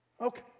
Okay